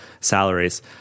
salaries